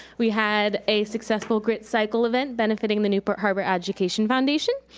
we had a successful gritcycle event benefiting the newport harbor education foundation.